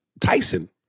Tyson